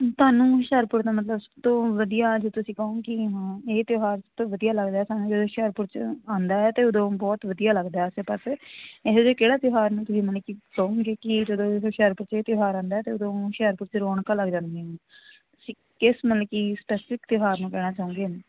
ਤੁਹਾਨੂੰ ਹੁਸ਼ਿਆਰਪੁਰ ਦਾ ਮਤਲਬ ਸਭ ਤੋਂ ਵਧੀਆ ਜੇ ਤੁਸੀਂ ਕਹੋ ਕਿ ਹਾਂ ਇਹ ਤਿਉਹਾਰ ਸਭ ਤੋਂ ਵਧੀਆ ਲੱਗਦਾ ਸਾਨੂੰ ਜਦੋਂ ਹੁਸ਼ਿਆਰਪੁਰ 'ਚ ਆਉਂਦਾ ਅਤੇ ਉਦੋਂ ਬਹੁਤ ਵਧੀਆ ਲੱਗਦਾ ਆਸੇ ਪਾਸੇ ਇਹੋ ਜਿਹੇ ਕਿਹੜੇ ਤਿਉਹਾਰ ਨੂੰ ਤੁਸੀਂ ਮਲ ਕਿ ਕਹੋਗੇ ਕਿ ਜਦੋਂ ਹੁਸ਼ਿਆਰਪੁਰ 'ਚ ਇਹ ਤਿਉਹਾਰ ਆਉਂਦਾ ਤਾਂ ਉਦੋਂ ਹੁਸ਼ਿਆਰਪੁਰ 'ਚ ਰੋਣਕਾਂ ਲੱਗ ਜਾਂਦੀਆਂ ਨੇ ਤੁਸੀਂ ਕਿਸ ਮਲ ਕਿ ਸਪੈਸੀਫਿਕ ਤਿਉਹਾਰ ਨੂੰ ਕਹਿਣਾ ਚਾਹੁੰਦੇ ਹੋ